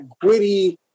gritty